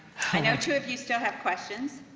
i know two of you still have questions,